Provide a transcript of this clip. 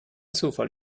zufall